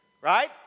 Right